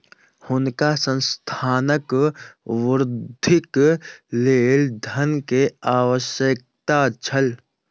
हुनका संस्थानक वृद्धिक लेल धन के आवश्यकता छल